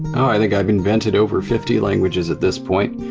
i think i've invented over fifty languages at this point.